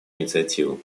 инициативу